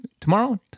Tomorrow